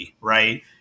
right